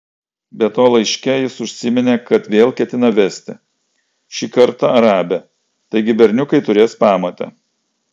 be to laiške jis užsiminė kad vėl ketina vesti šį kartą arabę taigi berniukai turės pamotę